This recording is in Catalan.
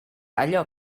allò